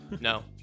No